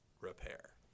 repair